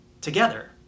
together